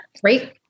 Great